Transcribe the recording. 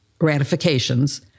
ratifications